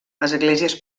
esglésies